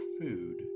food